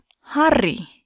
Hari